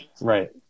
right